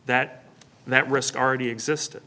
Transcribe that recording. that that risk already existed